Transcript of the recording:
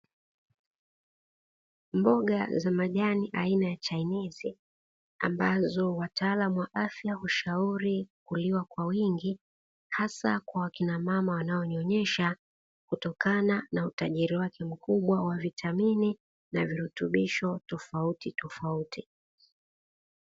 Mboga za majani aina ya chainiz ambazo wataalamu wa afya hushauri kuliwa kwa wingi, hasa kwa akina mama wanaonyonyesha kutokana na utajiri wake mkubwa wa vitamini na virutubisho tofauti tofauti.